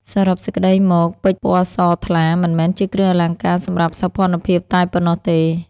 សរុបសេចក្តីមកពេជ្រ ពណ៌ស ថ្លា មិនមែនជាគ្រឿងអលង្ការសម្រាប់សោភ័ណភាពតែប៉ុណ្ណោះទេ។